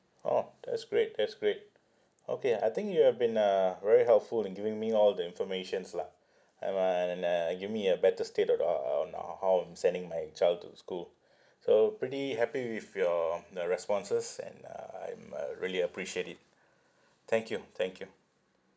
orh that's great that's great okay I think you have been uh very helpful in giving me all the informations lah I'm uh and uh give me a better state on how I'm sending my child to school so pretty happy with your the responses and uh I'm uh really appreciate it thank you thank you